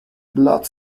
blood